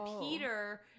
Peter